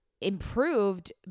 improved